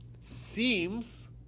seems